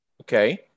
Okay